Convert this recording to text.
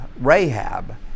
Rahab